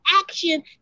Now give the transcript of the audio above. action